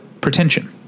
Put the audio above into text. pretension